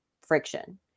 friction